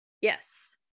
Yes